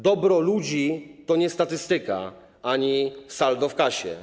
Dobro ludzi to nie statystyka ani saldo w kasie.